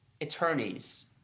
attorneys